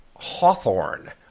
Hawthorne